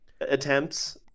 attempts